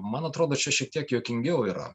man atrodo čia šiek tiek juokingiau yra